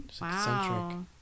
Wow